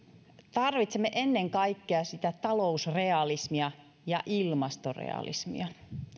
tarvitsemme ennen kaikkea sitä talousrealismia ja ilmastorealismia